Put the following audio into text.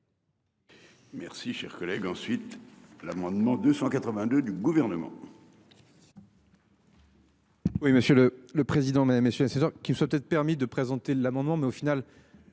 Merci cher collègue ensuite l'amendement 282 du gouvernement.